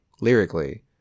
lyrically